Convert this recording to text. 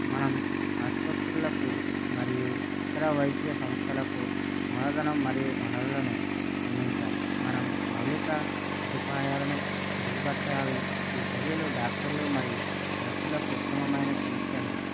మనం ఆసుపత్రులకు మరియు ఇతర వైద్య సంస్థలకు మూలధనం మరియు వనరులను అందించాలి మనం మౌలిక సదుపాయాలను మెరుగుపరచాలి ఈ చర్యలు డాక్టర్లు మరియు నర్సులకు ఉత్తమమైన చికిత్సను